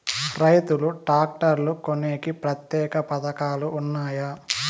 రైతులు ట్రాక్టర్లు కొనేకి ప్రత్యేక పథకాలు ఉన్నాయా?